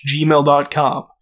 gmail.com